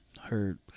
Heard